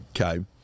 Okay